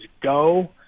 go